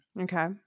Okay